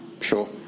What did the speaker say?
Sure